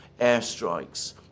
airstrikes